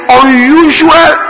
unusual